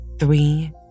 Three